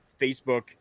Facebook